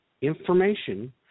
information